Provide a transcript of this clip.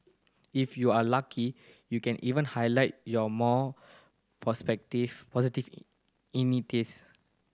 if you are lucky you can even highlight your more positive initiatives